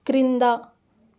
క్రింద